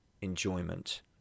enjoyment